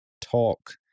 talk